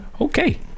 Okay